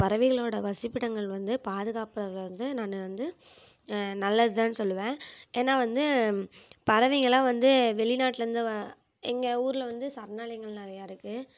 பறவைகளோட வசிப்பிடங்கள் வந்து பாதுக்காப்பது வந்து நான் வந்து நல்லது தான் சொல்லுவேன் ஏன்னா வந்து பறவைகெல்லாம் வந்து வெளி நாட்டுலருந்து எங்கள் ஊரில் வந்து சரணாலயங்கள் நிறையா இருக்கு